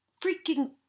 freaking